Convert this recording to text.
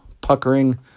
puckering